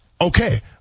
Okay